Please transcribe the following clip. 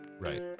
Right